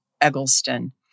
Eggleston